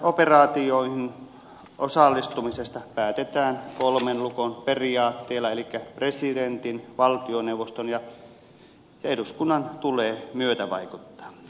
kriisinhallintaoperaatioihin osallistumisesta päätetään kolmen lukon periaatteella eli presidentin valtioneuvoston ja eduskunnan tulee myötävaikuttaa